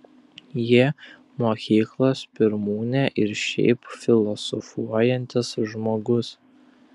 ji mokyklos pirmūnė ir šiaip filosofuojantis žmogus